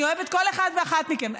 אני אוהבת כל אחד ואחת מכם.